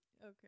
Okay